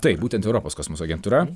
taip būtent europos kosmoso agentūra